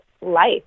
life